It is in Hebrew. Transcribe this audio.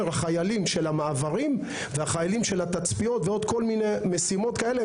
חיילים של המעברים והחיילים של התצפיות ועוד כל מיני משימות כאלה,